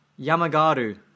Yamagaru